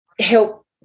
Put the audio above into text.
help